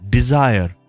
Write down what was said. Desire